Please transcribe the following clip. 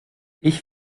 ich